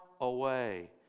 away